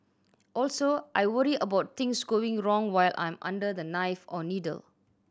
also I worry about things going wrong while I'm under the knife or needle